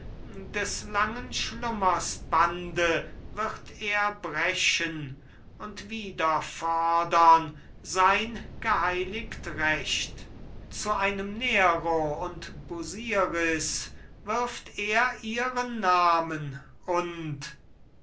des langen schlummers bande wird er brechen und wiederfordern sein geheiligt recht zu einem nero und busiris wirft er ihren namen und